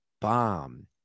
bomb